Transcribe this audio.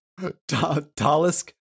Talisk